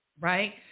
Right